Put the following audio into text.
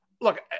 Look